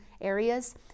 areas